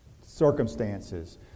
circumstances